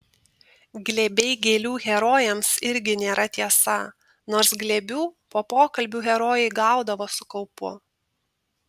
glėbiai gėlių herojams irgi nėra tiesa nors glėbių po pokalbių herojai gaudavo su kaupu